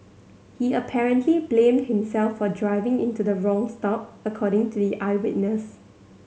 he apparently blamed himself for driving into the wrong stop according to the eyewitness